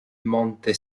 monte